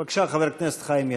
בבקשה, חבר הכנסת חיים ילין.